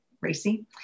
racy